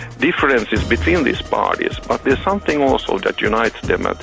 differences between these parties. but there's something also that unites them, ah